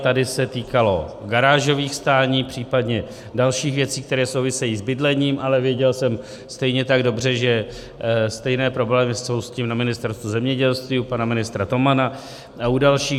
Tady se týkalo garážových stání, případně dalších věcí, které souvisejí s bydlením, ale věděl jsem stejně tak dobře, že stejné problémy jsou s tím na Ministerstvu zemědělství u pana ministra Tomana a u dalších.